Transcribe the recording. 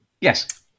Yes